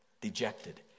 dejected